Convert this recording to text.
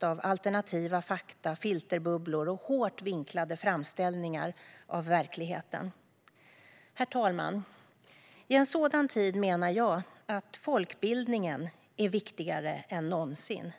av alternativa fakta, filterbubblor och hårt vinklade framställningar av verkligheten Herr talman! I en sådan tid menar jag att folkbildningen är viktigare än någonsin.